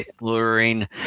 luring